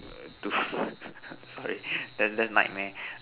to that's that's nightmare